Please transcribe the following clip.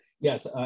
Yes